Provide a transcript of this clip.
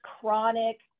chronic